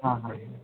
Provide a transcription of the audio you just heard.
हां हां